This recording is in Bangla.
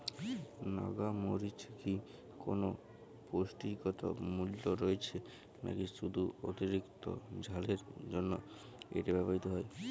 নাগা মরিচে কি কোনো পুষ্টিগত মূল্য রয়েছে নাকি শুধু অতিরিক্ত ঝালের জন্য এটি ব্যবহৃত হয়?